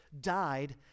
died